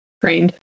Trained